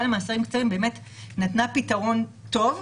למאסרים קצרים באמת נתנה פתרון טוב.